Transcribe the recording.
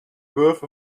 birth